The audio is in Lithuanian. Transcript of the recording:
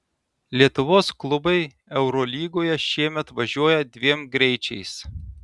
lietuvos klubai eurolygoje šiemet važiuoja dviem greičiais